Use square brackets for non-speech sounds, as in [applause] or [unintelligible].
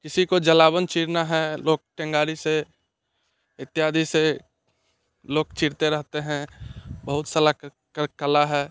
किसी को जलावन चीरना है लोग [unintelligible] से इत्यादि से लोग चीरते रहते हैं बहुत कला है